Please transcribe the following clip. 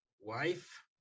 Wife